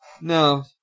No